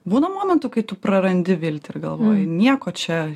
būna momentų kai tu prarandi viltį ir galvoji nieko čia